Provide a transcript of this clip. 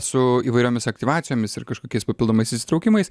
su įvairiomis aktyvacijomis ir kažkokiais papildomais įsitraukimais